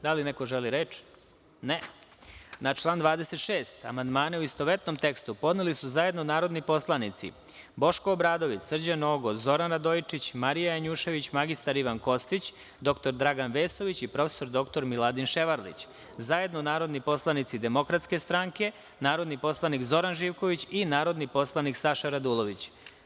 Da li neko želi reč? (Ne.) Na član 26. amandmane, u istovetnom tekstu, podneli su zajedno narodni poslanici Boško Obradović, Srđan Nogo, Zoran Radojičić, Marija Janjušević, mr Ivan Kostić, dr Dragan Vesović i prof. dr Miladin Ševarlić, zajedno narodni poslanici DS, narodni poslanik Zoran Živković i narodni poslanik Saša Radulović.